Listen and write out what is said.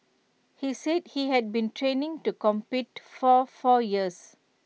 he said he had been training to compete for four years